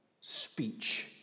speech